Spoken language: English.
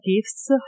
gifts